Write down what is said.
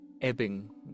ebbing